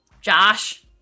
Josh